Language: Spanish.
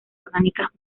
orgánicas